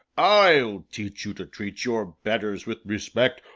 i'll teach you to treat your betters with respect!